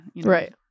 Right